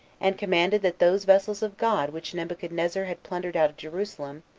and commanded that those vessels of god which nebuchadnezzar had plundered out of jerusalem,